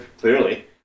Clearly